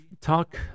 talk